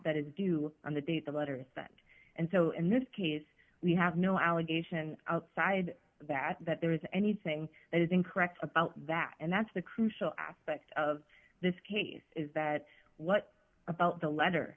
amount that is due on the date the letter is sent and so in this case we have no allegation outside that that there is anything that is incorrect about that and that's the crucial aspect of this case is that what about the letter